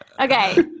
Okay